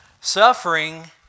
suffering